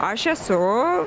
aš esu